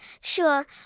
sure